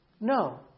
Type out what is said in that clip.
No